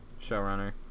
Showrunner